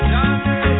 Johnny